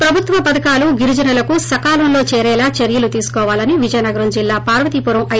ప్రభుత్వ పథకాలు గిరిజనులకు సకాలంలో చేరేలా చర్యలు తీసుకోవాలని విజయనగరం జిల్లా పార్వతీపురం ఐ